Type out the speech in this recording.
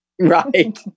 Right